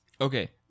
Okay